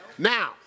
Now